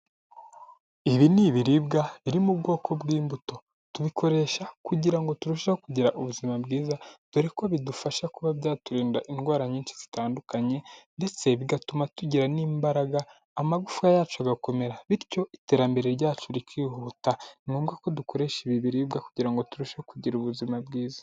Ibi ni ibiribwa biri mu bwoko bw'imbuto, tubikoresha kugira ngo turusheho kugira ubuzima bwiza, dore ko bidufasha kuba byaturinda indwara nyinshi zitandukanye ndetse bigatuma tugira n'imbaraga, amagufa yacu agakomera, bityo iterambere ryacu rikihuta. Ni ngombwa ko dukoresha ibi biribwa kugira ngo turusheho kugira ubuzima bwiza.